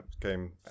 came